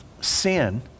sin